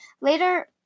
later